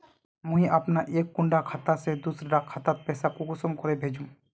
मुई अपना एक कुंडा खाता से दूसरा डा खातात पैसा कुंसम करे भेजुम?